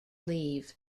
leave